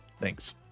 Thanks